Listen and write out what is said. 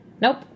Nope